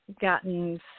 gotten